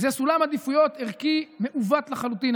זה סולם עדיפויות ערכי מעוות לחלוטין.